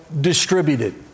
distributed